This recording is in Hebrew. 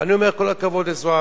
ואני אומר: כל הכבוד לזועבי.